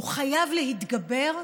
הוא חייב להתגבר,